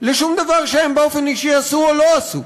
לשום דבר שהם באופן אישי עשו או לא עשו,